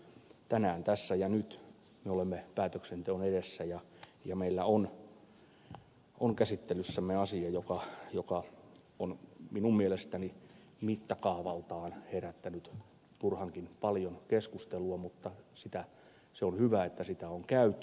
tänään tässä ja nyt me olemme päätöksenteon edessä ja meillä on käsittelyssämme asia joka on minun mielestäni mittakaavaltaan herättänyt turhankin paljon keskustelua mutta se on hyvä että sitä on käyty